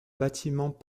bâtiments